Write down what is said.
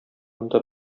монда